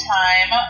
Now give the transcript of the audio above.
time